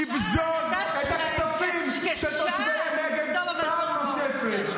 לבזוז את הכספים של תושבי הנגב פעם נוספת.